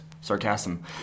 sarcasm